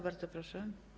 Bardzo proszę.